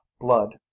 Blood